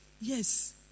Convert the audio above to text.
Yes